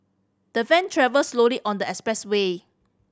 the van travelled slowly on the expressway